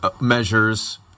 measures